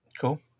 Cool